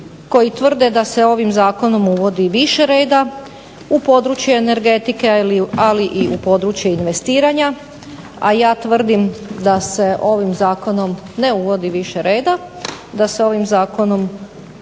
koji tvrde da se ovim zakonom uvodi više reda u područje energetike, ali i u područje investiranja, a ja tvrdim da se ovim zakonom ne uvodi više reda, da se ovim zakonom